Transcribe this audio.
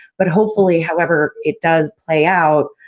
but hopefully, however, it does play out.